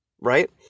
right